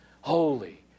Holy